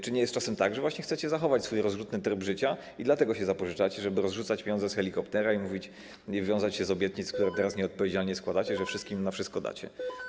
Czy nie jest czasem tak, że właśnie chcecie zachować swój rozrzutny tryb życia i dlatego się zapożyczacie, żeby rozrzucać pieniądze z helikoptera i mówić, i wywiązać się z obietnic, które teraz nieodpowiedzialnie składacie, że wszystkim na wszystko dacie?